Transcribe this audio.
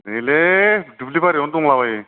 नैलै दुबलि बारियावनो दंलाबायो